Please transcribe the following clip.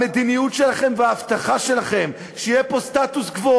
המדיניות שלכם וההבטחה שלכם שיהיה פה סטטוס קוו